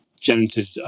generative